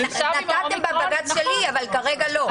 נתתם בבג"ץ שלי אבל כרגע לא.